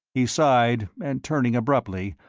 he sighed, and turning abruptly,